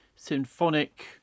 symphonic